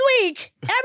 week